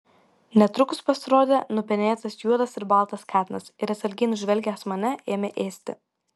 netrukus pasirodė nupenėtas juodas ir baltas katinas ir atsargiai nužvelgęs mane ėmė ėsti